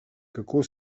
kako